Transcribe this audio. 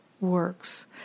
works